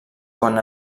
quan